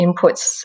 inputs